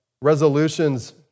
Resolutions